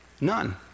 None